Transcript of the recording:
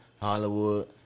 Hollywood